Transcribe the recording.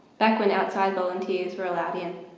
back when outside volunteers were allowed in.